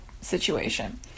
situation